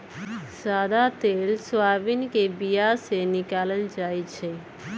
सदा तेल सोयाबीन के बीया से निकालल जाइ छै